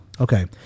Okay